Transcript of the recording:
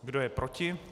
Kdo je proti?